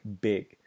big